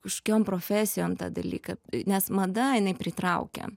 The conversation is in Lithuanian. kažkiom profesijom tą dalyką nes mada jinai pritraukia